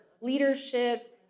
leadership